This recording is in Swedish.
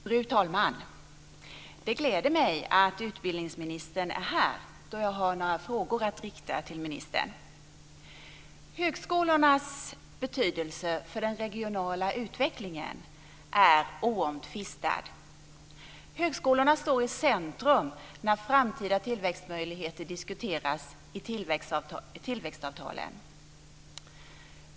Fru talman! Det gläder mig att utbildningsministern är här, då jag har några frågor att rikta till ministern. Högskolornas betydelse för den regionala utvecklingen är oomtvistad. Högskolorna står i centrum när framtida tillväxtmöjligheter diskuteras i tillväxtavtalen.